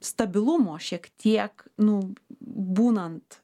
stabilumo šiek tiek nu būnant